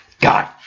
God